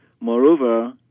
Moreover